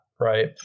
right